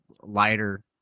lighter